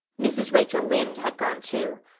mrs. rachel lynde had gone too.